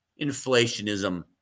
Inflationism